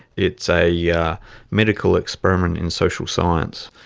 it's a yeah medical experiment in social science.